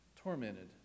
tormented